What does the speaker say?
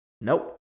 Nope